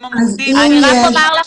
עם המוקדים שלכם.